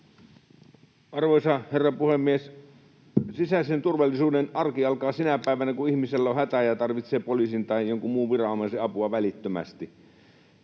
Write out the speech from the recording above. Arvoisa herra puhemies! Sisäisen turvallisuuden arki alkaa sinä päivänä, kun ihmisellä on hätä ja hän tarvitsee poliisin tai jonkun muun viranomaisen apua välittömästi.